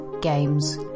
games